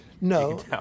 No